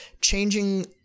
changing